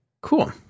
cool